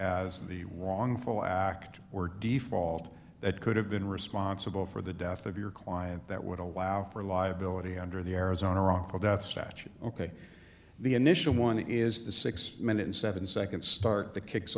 as the wrongful act or default that could have been responsible for the death of your client that would allow for liability under the arizona wrongful death statute ok the initial one is the six minute seven nd start the kicks